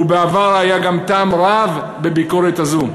ובעבר היה גם טעם רב בביקורת הזאת.